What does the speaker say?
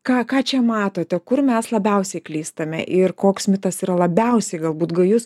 ką ką čia matote kur mes labiausiai klystame ir koks mitas yra labiausiai galbūt gajus